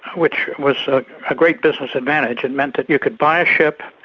which was a great business advantage. it meant that you could buy a ship,